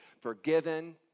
forgiven